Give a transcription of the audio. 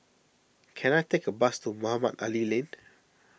can I take a bus to Mohamed Ali Lane